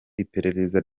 iperereza